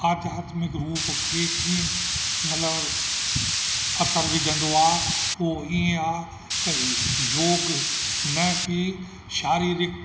आध्यात्मिक रुप खे कीअं मतिलबु असर विझंदो आहे उहो ईअं आहे त योगु न की शारीरिक